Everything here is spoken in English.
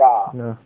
no